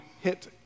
hit